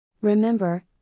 Remember